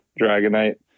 Dragonite